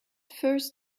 first